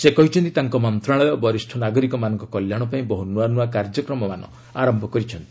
ସେ କହିଛନ୍ତି ତାଙ୍କ ମନ୍ତ୍ରଣାଳୟ ବରିଷ୍ଣ ନାଗରିକମାନଙ୍କ କଲ୍ୟାଣ ପାଇଁ ବହୁ ନୂଆ ନୂଆ କାର୍ଯ୍ୟକ୍ରମମାନ ଆରମ୍ଭ କରିଛନ୍ତି